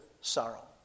sorrow